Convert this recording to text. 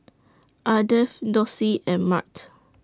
Ardath Dossie and Mart